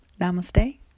Namaste